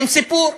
עם סיפור,